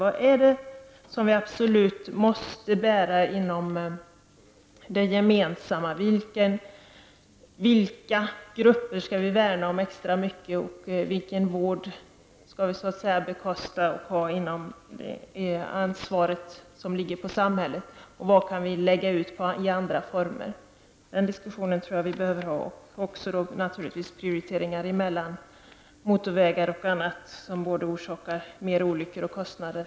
Vad är det som vi absolut måste bära inom det gemensamma, vilka grupper skall vi värna om extra mycket och vilken vård skall vi bekosta och låta samhället ta ansvar för? Vad kan vi lägga ut i andra former? Den diskussionen tror jag att vi behöver ha, liksom en diskussion om prioriteringar mellan motorvägar och annat som orsakar mer olyckor och kostnader.